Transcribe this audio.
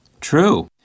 True